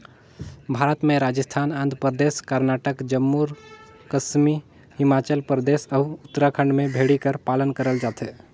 भारत में राजिस्थान, आंध्र परदेस, करनाटक, जम्मू कस्मी हिमाचल परदेस, अउ उत्तराखंड में भेड़ी कर पालन करल जाथे